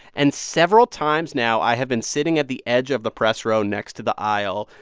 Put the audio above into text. and several times now, i have been sitting at the edge of the press row next to the aisle,